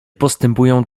postępują